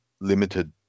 limited